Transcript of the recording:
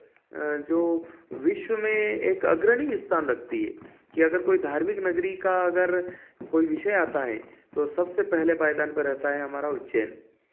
जो विश्व में एक अग्रणी स्थान रखती है कि अगर कोई धार्मिक नगरी का अगर कोई विषय आता है तो सबसे पहले पायदान पर रहता है हमारा उज्जै